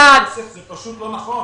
פשוט לא נכון.